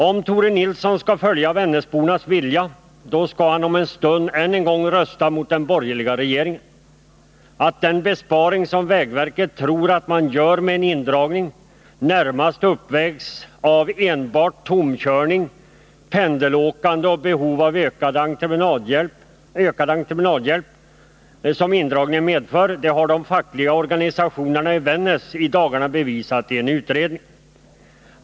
Om Tore Nilsson skall följa vännäsbornas vilja, då skall han om en stund ännu en gång rösta mot den borgerliga regeringen. Att den besparing som vägverket tror sig göra med en indragning närmast uppvägs av enbart tomkörning, pendelåkande och ett ökat behov av entreprenadhjälp som indragningen medför, har de fackliga organisationerna i Vännäs i dagarna bevisat i en utredning.